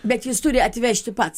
bet jis turi atvežti pats